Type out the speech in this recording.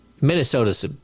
minnesota's